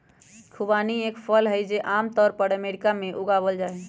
खुबानी एक फल हई, जो आम तौर पर अमेरिका में उगावल जाहई